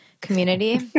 community